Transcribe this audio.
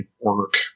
work